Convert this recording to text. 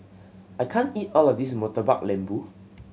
I can't eat all of this Murtabak Lembu